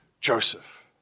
Joseph